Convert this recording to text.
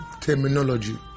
terminology